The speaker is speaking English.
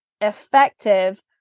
effective